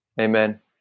amen